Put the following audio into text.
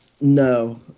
no